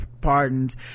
Pardons